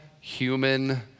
human